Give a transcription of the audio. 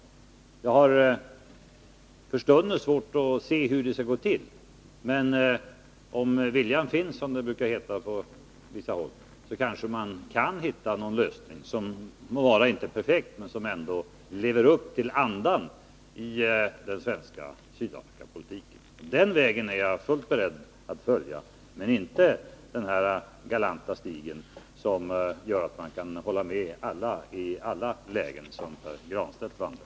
Jag har för stunden svårt att se hur det skulle gå till, men om viljan finns — som det brukar heta på vissa håll — kan man kanske hitta någon lösning som måhända inte är perfekt men som ändå lever upp till andan i den svenska Sydafrikapolitiken. Den vägen är jag fullt beredd att gå, men inte den här galanta stig — som gör att man kan hålla med alla i alla lägen — som Pär Granstedt vandrar.